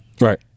Right